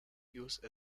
use